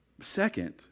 Second